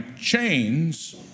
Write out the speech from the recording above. chains